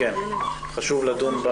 חשוב לדון בה